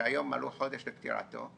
שהיום מלא חודש לפטירתו,